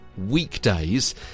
weekdays